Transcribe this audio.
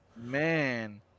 Man